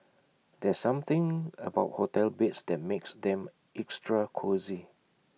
there's something about hotel beds that makes them extra cosy